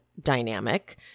dynamic